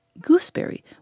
Gooseberry